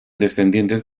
descendientes